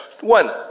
one